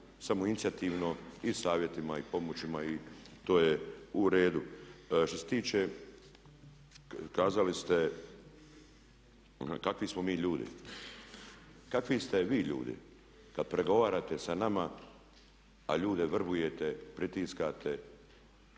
samoinicijativno i savjetima i pomoćima i to je u redu. Što se tiče, kazali ste kakvi smo mi ljudi. Kakvi ste vi ljudi kada pregovarate s nama a ljude vrbujete, pritiskate